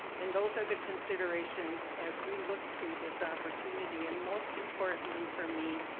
and those are the considerations as we look to this opportunity. and most importantly for me,